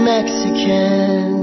Mexican